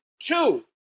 two